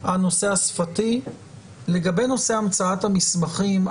לגבי נושא המצאת המסמכים,